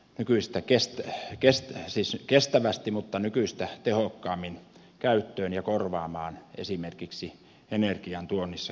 nykyistä kestävä härkästä siis kestävästi mutta nykyistä tehokkaammin käyttöön ja korvaamaan esimerkiksi energiantuonnissa kivihiili